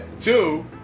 Two